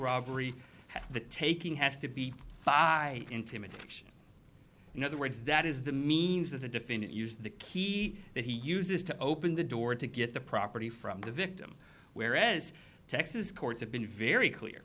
robbery the taking has to be by intimidation in other words that is the means that the defendant used the key that he uses to open the door to get the property from the victim whereas texas courts have been very clear